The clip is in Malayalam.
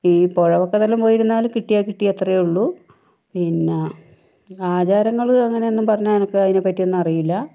ഈ പുഴവക്കത്തെല്ലാം പോയിരുന്നാൽ കിട്ടിയാൽ കിട്ടി അത്രയേ ഉള്ളൂ പിന്നെ ആചാരങ്ങള് അങ്ങനെയൊന്നും പറഞ്ഞാൽ എനിക്ക് അതിനെപ്പറ്റി ഒന്നും അറിയില്ല